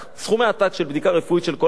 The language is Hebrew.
סכומי עתק על בדיקה רפואית של כל אחד מהם.